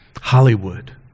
Hollywood